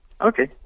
Okay